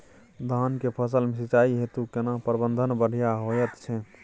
धान के फसल में सिंचाई हेतु केना प्रबंध बढ़िया होयत छै?